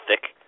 thick